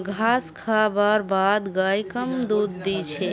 घास खा बार बाद गाय कम दूध दी छे